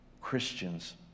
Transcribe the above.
Christians